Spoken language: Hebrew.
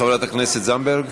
חברת הכנסת זנדברג?